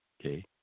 okay